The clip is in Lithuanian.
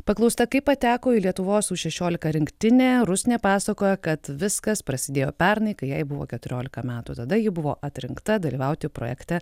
paklausta kaip pateko į lietuvos u šešiolika rinktinę rusnė pasakoja kad viskas prasidėjo pernai kai jai buvo keturiolika metų tada ji buvo atrinkta dalyvauti projekte